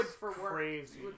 crazy